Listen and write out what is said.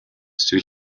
sur